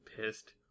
pissed